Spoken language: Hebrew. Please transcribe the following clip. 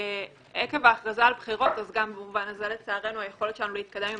עקב ההכרזה על בחירות אז לצערנו היכולת להתקדם עם